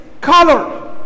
color